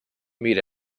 meet